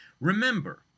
Remember